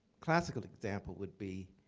classical example would be